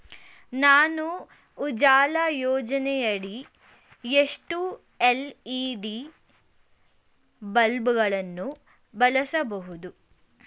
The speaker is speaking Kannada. ನಾನು ಉಜಾಲ ಯೋಜನೆಯಡಿ ಎಷ್ಟು ಎಲ್.ಇ.ಡಿ ಬಲ್ಬ್ ಗಳನ್ನು ಬಳಸಬಹುದು?